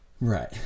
Right